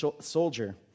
soldier